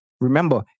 remember